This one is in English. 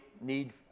need